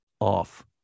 off